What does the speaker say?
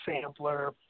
sampler